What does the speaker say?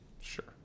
Sure